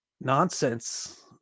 nonsense